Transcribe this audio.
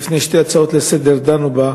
שלפני שתי הצעות לסדר-היום דנו בו,